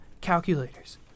calculators